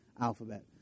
alphabet